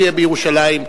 תהיה בירושלים,